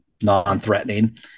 non-threatening